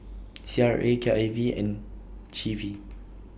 C R A K I V and G V